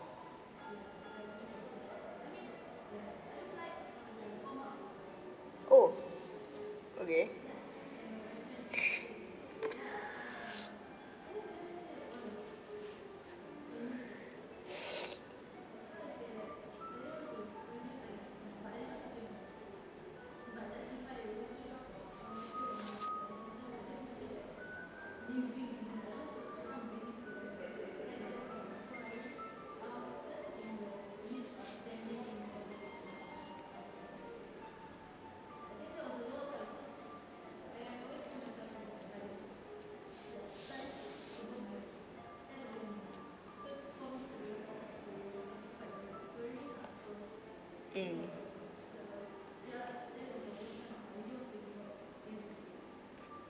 oh okay mm